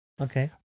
Okay